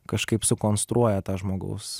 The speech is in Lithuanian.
kažkaip sukonstruoja tą žmogaus